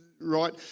right